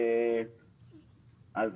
אז